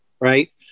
right